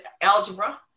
algebra